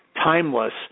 timeless